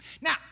Now